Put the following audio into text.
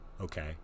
Okay